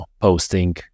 posting